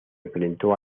enfrentó